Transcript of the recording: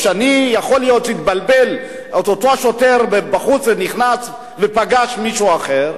או יכול להתבלבל אותו שוטר בחוץ ונכנס ופגש מישהו אחר,